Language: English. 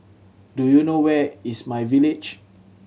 do you know where is my Village